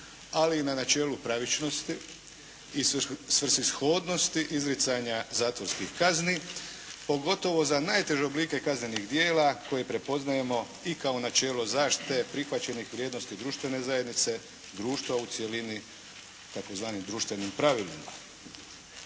ali i na načelu pravičnosti i svrsishodnosti izricanja zatvorskih kazni pogotovo za najteže oblike kaznenih djela koje prepoznajemo i kao načelo zaštite prihvaćenih vrijednosti društvene zajednice, društva u cjelini tzv. društvenim pravilima.